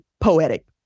poetic